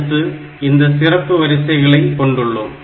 அடுத்து இந்த சிறப்பு வரிசைகளை கொண்டுள்ளோம்